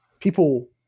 people